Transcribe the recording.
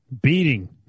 Beating